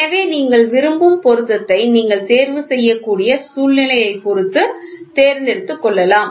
எனவே நீங்கள் விரும்பும் பொருத்தத்தை நீங்கள் தேர்வுசெய்யக்கூடிய சூழ்நிலையைப் பொறுத்து தேர்ந்தெடுத்துக் கொள்ளலாம்